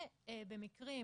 במקרים